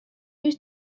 you